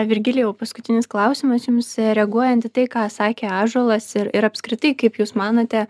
virgilijau paskutinis klausimas jums reaguojant į tai ką sakė ąžuolas ir ir apskritai kaip jūs manote